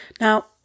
Now